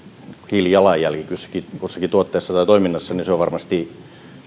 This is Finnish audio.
hiilijalanjälki kussakin tuotteessa tai toiminnassa on varmasti